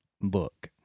look